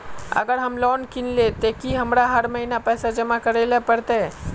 अगर हम लोन किनले ते की हमरा हर महीना पैसा जमा करे ले पड़ते?